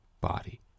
body